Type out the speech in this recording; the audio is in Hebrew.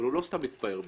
הוא לא סתם מתפאר בזה.